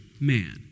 man